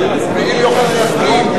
ואם יוחנן יסכים,